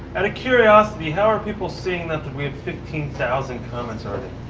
out of curiosity, how are people seeing that that we have fifteen thousand comments already.